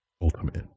ultimate